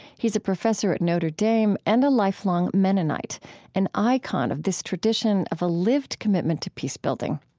he is a professor at notre dame and a lifelong mennonite an icon of this tradition of a lived commitment to peace-building.